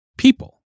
People